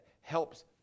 helps